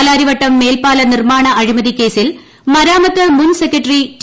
പാലാരിവട്ടം മേൽപ്പാല് നീർമ്മാണ അഴിമതി കേസിൽ മരാമത്ത് മുൻ സെക്രട്ടറി ടി